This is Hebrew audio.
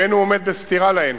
ואין הוא עומד בסתירה להן.